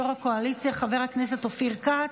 יו"ר הקואליציה חבר הכנסת אופיר כץ,